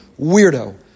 Weirdo